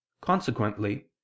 Consequently